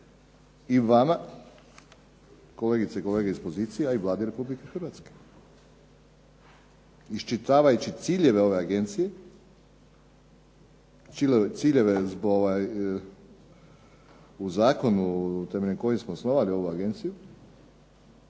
i vama kolegice i kolege iz pozicije a i Vladi Republike Hrvatske. Iščitavajući ciljeve ove agencije, ciljeve u zakonu temeljem kojeg smo osnovali ovu agenciju.